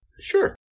Sure